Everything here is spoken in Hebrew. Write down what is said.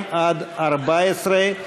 לאחרי סעיף 1. נצביע על סעיפים 2 14,